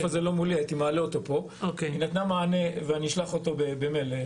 אני אשלח את השקף הזה במייל.